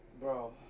Bro